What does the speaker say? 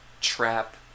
trap